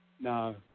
No